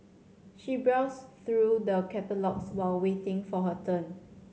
she browsed through the catalogues while waiting for her turn